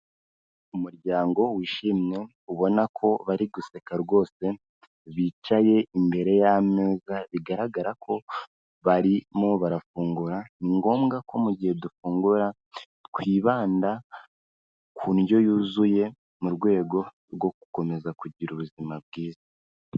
Umuryango wishimye ubona ko bari guseka rwose bicaye imbere y'ameza bigaragara ko barimo barafungura, ni ngombwa ko mugihe dufungura twibanda ku ndyo yuzuye mu rwego rwo gukomeza kugira ubuzima bwiza.